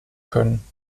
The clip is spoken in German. können